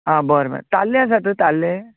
आं बरें बरें ताल्ले आसात ताल्ले